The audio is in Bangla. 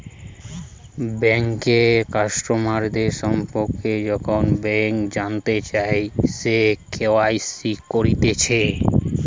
বেঙ্কের কাস্টমারদের সম্পর্কে যখন ব্যাংক জানতে চায়, সে কে.ওয়াই.সি করতিছে